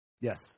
Yes